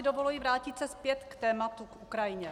Dovoluji si vrátit se zpět k tématu, k Ukrajině.